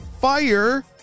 fire